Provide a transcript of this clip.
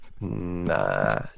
nah